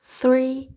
three